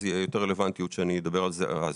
תהיה יותר רלוונטיות שאני אדבר על זה אז.